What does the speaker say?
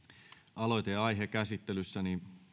aloite ja aihe käsittelyssä